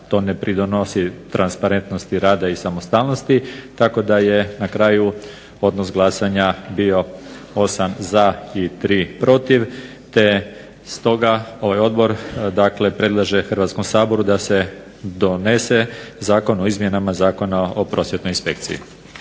to ne pridonosi transparentnosti rada i samostalnosti tako da je na kraju odnos glasanja bio 8 za i tri protiv te stoga ovaj Odbor predlaže Hrvatskom saboru da se donese Zakon o izmjenama i dopunama Zakona o prosvjetnoj inspekciji.